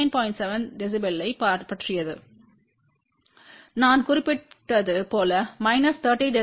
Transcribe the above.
7 dBயைப் பற்றியது நான் குறிப்பிட்டது போல மைனஸ் 30 dB